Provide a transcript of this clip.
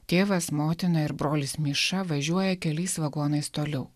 tėvas motina ir brolis miša važiuoja keliais vagonais toliau